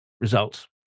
results